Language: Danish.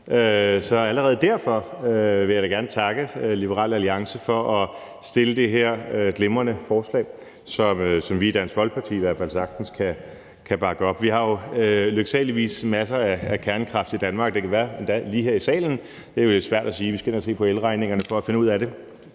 Så allerede derfor vil jeg da gerne takke Liberal Alliance for at fremsætte det her glimrende forslag, som vi i Dansk Folkeparti i hvert fald sagtens kan bakke op. Vi har jo lykkeligvis masser af kernekraft i Danmark. Det kan endda være lige her i salen. Det er jo lidt svært at sige; vi skal ind og se på elregningerne for at finde ud af det.